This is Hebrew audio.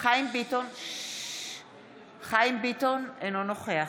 חיים ביטון, אינו נוכח